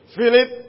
Philip